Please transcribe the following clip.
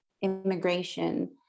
immigration